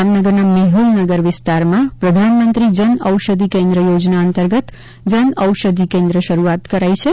જામનગરના મેહુલનગર વિસ્તારમાં પ્રધાનમંત્રી જન ઔષધિ કેન્દ્ર યોજના અંતર્ગત જનઓષધિ કેન્દ્રની શરૂઆત કરવામાં આવી છે